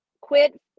quit